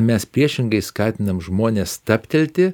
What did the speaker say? mes priešingai skatinam žmones stabtelti